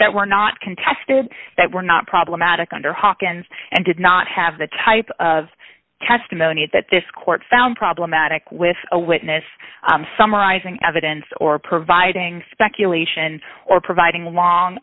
that were not contested that were not problematic under hawkins and did not have the type of testimony that this court found problematic with a witness summarizing evidence or providing speculation or providing long